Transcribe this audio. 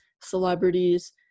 celebrities